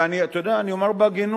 ואתה יודע, אני אומר בהגינות,